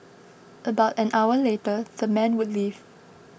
about an hour later the men would leave